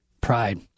Pride